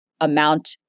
amount